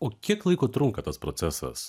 o kiek laiko trunka tas procesas